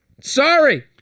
sorry